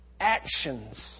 actions